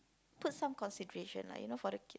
put some concentration lah you know for the kid